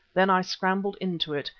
then i scrambled into it,